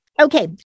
Okay